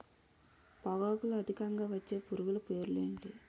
పొగాకులో అధికంగా వచ్చే పురుగుల పేర్లు ఏంటి